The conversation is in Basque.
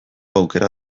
aukera